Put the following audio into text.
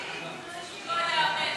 פשוט לא ייאמן.